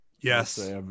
Yes